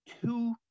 two